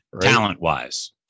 Talent-wise